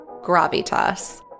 gravitas